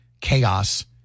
chaos